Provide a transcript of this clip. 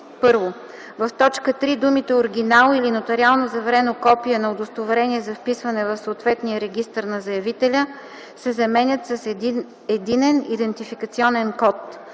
1. В т. 3 думите „оригинал или нотариално заверено копие на удостоверение за вписване в съответния регистър на заявителя” се заменят с „единен идентификационен код”.